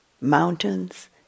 mountains